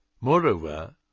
Moreover